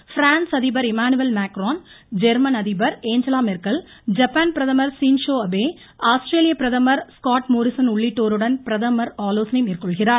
் பிரான்ஸ் அதிபர் Emmanuel Macron German அதிபர் ஏஞ்சலா மெர்கல் ஜப்பான் பிரதமர் சின்ஷோ அபே ஆஸ்திரேலிய பிரதமர் ஸ்காட் மோரிஸன் உள்ளிட்டோருடன் பிரதமர் ஆலோசனை மேற்கொள்கிறார்